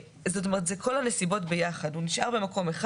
זה כל הנסיבות ביחד הוא נשאר במקום אחד